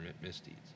misdeeds